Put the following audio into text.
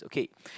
okay